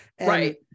Right